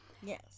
Yes